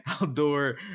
outdoor